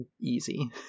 easy